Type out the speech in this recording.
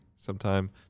Sometime